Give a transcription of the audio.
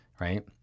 Right